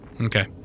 Okay